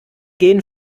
gehen